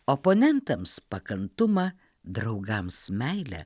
oponentams pakantumą draugams meilę